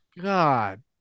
God